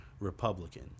Republican